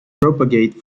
propagate